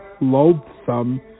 loathsome